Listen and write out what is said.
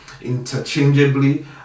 interchangeably